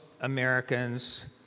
Americans